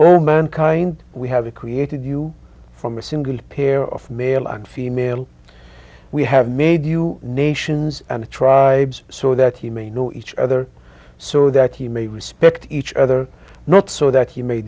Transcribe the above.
all mankind we have a created you from a single pair of male and female we have made you nations and tribes so that you may know each other so that you may respect each other not so that